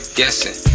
guessing